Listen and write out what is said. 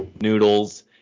noodles